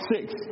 Six